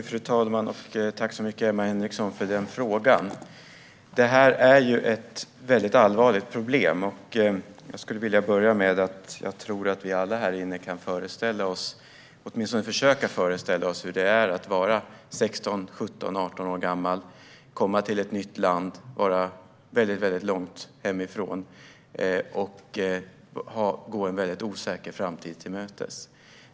Fru talman! Tack för frågan, Emma Henriksson! Det här är ett allvarligt problem. Jag tror att alla vi här i kammaren kan åtminstone försöka föreställa oss hur det är att vara 16, 17 eller 18 år gammal och komma till ett nytt land väldigt långt hemifrån och gå en osäker framtid till mötes.